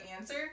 answer